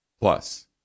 Plus